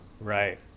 right